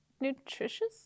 nutritious